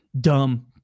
dumb